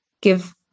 give